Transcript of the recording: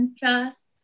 trust